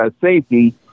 safety